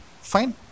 fine